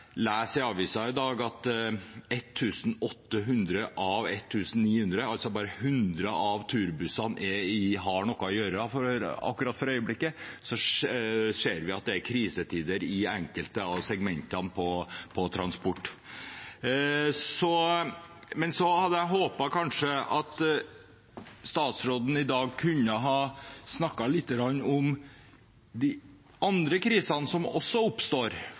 leser i avisen i dag at 1 800 av 1 900 turbusser står, altså at bare 100 av turbussene har noe å gjøre for øyeblikket, skjønner vi at det er krisetider i enkelte av segmentene for transport. Jeg håper at statsråden i dag kan snakke litt om de andre krisene som også oppstår.